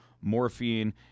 morphine